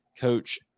Coach